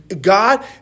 God